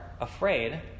afraid